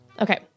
Okay